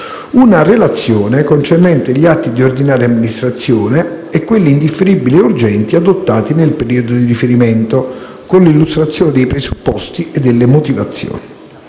una relazione concernente gli atti di ordinaria amministrazione e quelli indifferibili e urgenti adottati nel periodo di riferimento, con l'illustrazione dei presupposti e delle motivazioni.